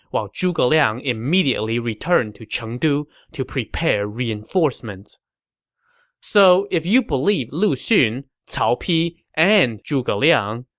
while zhuge liang immediately returned to chengdu to prepare reinforcements so if you believe lu xun, cao pi, and zhuge liang,